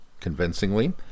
convincingly